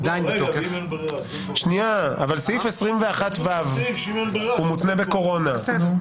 אבל היו 30 בחוק הקודם.